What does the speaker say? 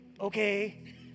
okay